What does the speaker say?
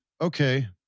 okay